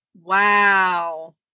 Wow